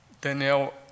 Daniel